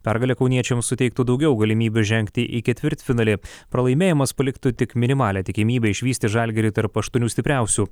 pergalė kauniečiams suteiktų daugiau galimybių žengti į ketvirtfinalį pralaimėjimas paliktų tik minimalią tikimybę išvysti žalgirį tarp aštuonių stipriausių